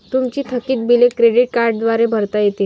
तुमची थकीत बिले क्रेडिट कार्डद्वारे भरता येतील